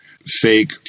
fake